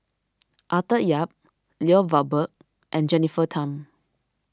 Arthur Yap Lloyd Valberg and Jennifer Tham